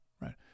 right